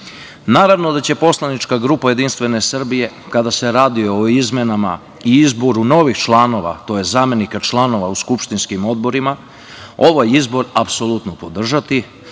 Ivković. Naravno da će poslanička grupa JS kada se radi o izmenama i izboru novih članova tj. zamenika članova u skupštinskim odborima, ovaj izbor apsolutno podržati,